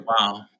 Wow